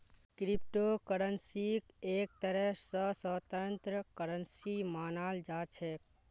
crypto करन्सीक एक तरह स स्वतन्त्र करन्सी मानाल जा छेक